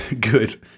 Good